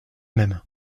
même